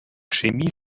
chemie